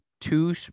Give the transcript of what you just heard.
two